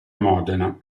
modena